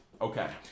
Okay